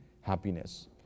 happiness